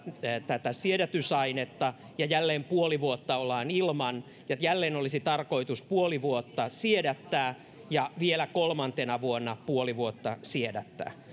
tätä siedätysainetta ja jälleen puoli vuotta ollaan ilman sitten jälleen olisi tarkoitus puoli vuotta siedättää ja vielä kolmantena vuonna puoli vuotta siedättää